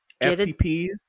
FTPs